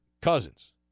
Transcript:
Cousins